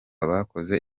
bakoze